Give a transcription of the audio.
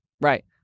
Right